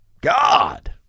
God